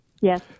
yes